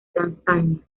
tanzania